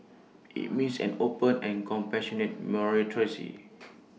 IT means an open and compassionate